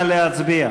19,